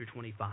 25